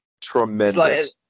Tremendous